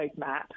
roadmap